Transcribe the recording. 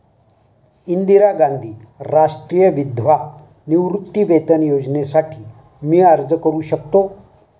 इंदिरा गांधी राष्ट्रीय विधवा निवृत्तीवेतन योजनेसाठी मी अर्ज करू शकतो?